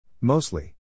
Mostly